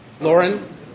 Lauren